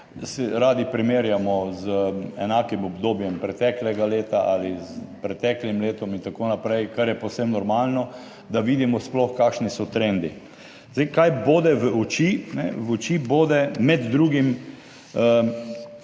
radi primerjamo z enakim obdobjem preteklega leta ali s preteklim letom in tako naprej, kar je povsem normalno, da vidimo sploh, kakšni so trendi. Zdaj kaj bode v oči? V oči bode med drugim